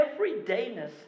everydayness